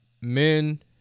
men